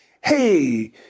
hey